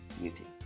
beauty